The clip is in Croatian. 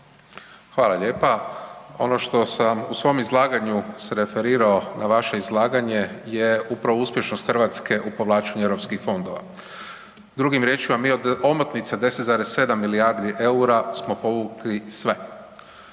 Hvala lijepa. Ono što sam u svom izlaganju se referirao na vaše izlaganje je upravo uspješnost Hrvatske u povlačenju Europskih fondova. Drugim riječima, mi od omotnica 10,7 milijardi EUR-a smo povukli sve,